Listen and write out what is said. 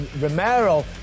Romero